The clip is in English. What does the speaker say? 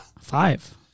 Five